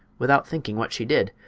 without thinking what she did,